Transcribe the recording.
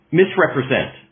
misrepresent